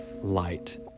light